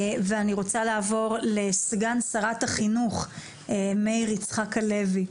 אני רוצה לעבור לסגן שרת החינוך מאיר יצחק הלוי,